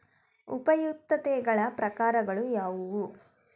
ಉಪಯುಕ್ತತೆಗಳ ಪ್ರಕಾರಗಳು ಯಾವುವು?